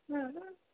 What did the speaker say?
हुँ हुँ